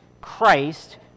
Christ